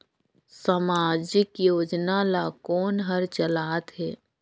समाजिक योजना ला कोन हर चलाथ हे?